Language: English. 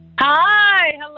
Hi